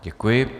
Děkuji.